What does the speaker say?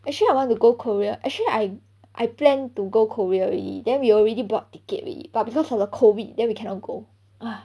actually I want to go korea actually I I plan to go korea already then we already bought ticket already but because of the COVID then we cannot go !hais!